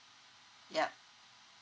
yup